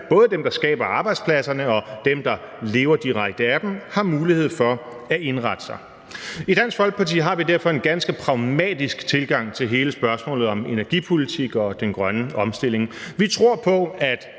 både dem, der skaber arbejdspladserne, og dem, der lever direkte af dem, har mulighed for at indrette sig. I Dansk Folkeparti har vi derfor en ganske pragmatisk tilgang til hele spørgsmålet om energipolitik og den grønne omstilling. Vi tror på, at